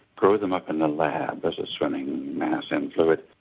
grow them up in the lab as a swimming mass in fluid,